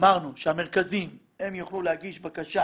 אמרנו שהמרכזים יוכלו להגיש בקשה